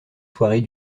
soirée